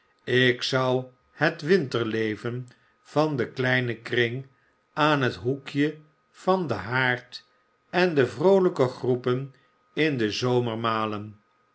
ik zou het winterleven van den kleinen kring aan het hoekje van den haard en de vroolijke groepen in den